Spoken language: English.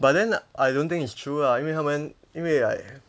but then I don't think it's true ah 因为他们因为 like